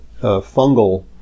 fungal